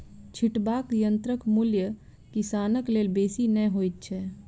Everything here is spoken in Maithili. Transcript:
छिटबाक यंत्रक मूल्य किसानक लेल बेसी नै होइत छै